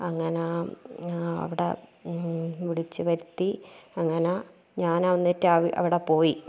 അങ്ങനെ അവിടെ വിളിച്ച് വരുത്തി അങ്ങനെ ഞാനന്നിട്ട് അവിടെ പോയി